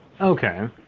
okay